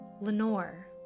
Lenore